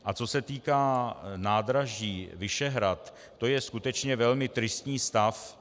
A co se týká nádraží Vyšehrad, to je skutečně velmi tristní stav.